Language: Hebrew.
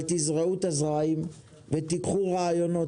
אבל תזרעו את הזרים ותיקחו רעיונות.